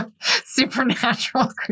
supernatural